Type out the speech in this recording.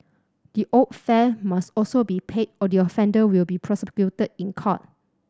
the owed fare must also be paid or the offender will be prosecuted in court